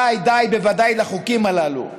די, די, בוודאי לחוקים הללו.